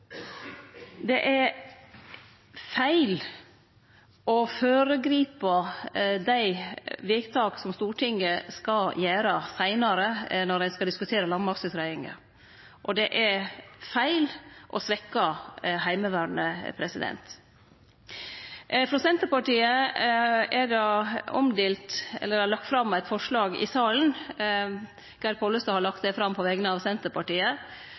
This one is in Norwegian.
Det er feil å føregripe vedtaka Stortinget skal gjere seinare når dei skal diskutere landmaktutgreiinga, og det er feil å svekkje Heimevernet. Geir Pollestad har på vegner av Senterpartiet